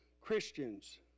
Christians